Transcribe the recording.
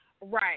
Right